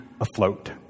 afloat